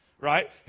right